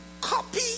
copy